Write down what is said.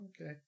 okay